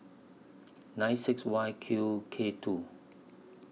nine six Y Q K two